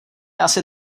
asi